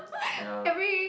ya